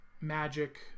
magic